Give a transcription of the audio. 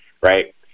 right